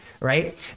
right